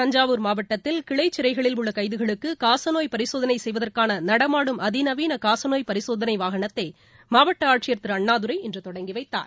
தஞ்சாவூர் மாவட்டத்தில் கிளைச் சிறைகளில் உள்ள கைதிகளுக்கு காசநோய் பரிசோதனை செய்வதற்கான நடமாடும் அதிநவீன காசநோய் பரிசோதனை வாகனத்தை மாவட்ட ஆட்சியர் திரு அண்ணாதுரை இன்று தொடங்கி வைத்தார்